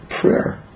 prayer